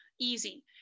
easy